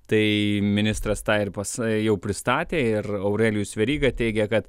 tai ministras tą ir pats jau pristatė ir aurelijus veryga teigia kad